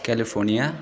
California